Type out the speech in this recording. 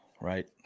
right